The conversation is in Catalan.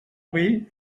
vell